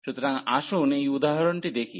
সুতরাং আসুন এই উদাহরণটি দেখি